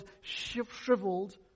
shriveled